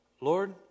Lord